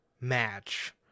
match